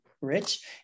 rich